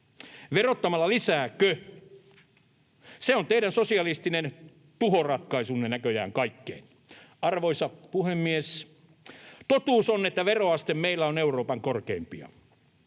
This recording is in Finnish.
Verottamalla lisääkö? Se on teidän sosialistinen tuhoratkaisunne näköjään kaikkeen. Arvoisa puhemies! Totuus on, että veroaste meillä on Euroopan korkeimpia.